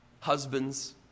husbands